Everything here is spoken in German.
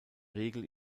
regel